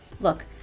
Look